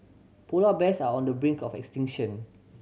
polar bears are on the brink of extinction